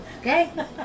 Okay